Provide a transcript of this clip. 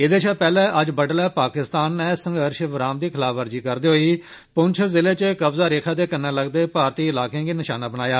एहदे शा पैहले अज्ज बड्डले पाकिस्तान नै संघर्ष विराम दी खिलाफवर्जी करदे होई पुंछ जिले च कब्जा रेखा दे कन्नै लगदे भारतीय इलाकें गी निशाना बनाया